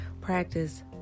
practice